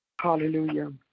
Hallelujah